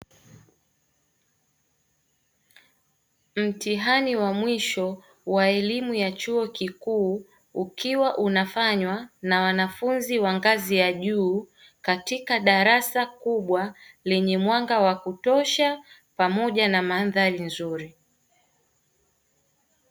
Mtihani wa mwisho wa elimu ya chuo kikuu ukiwa unafanywa na wanafunzi wa ngazi ya juu katika darasa kubwa lenye mwanga wa kutosha pamoja na mandhari nzuri.